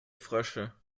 frösche